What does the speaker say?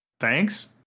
thanks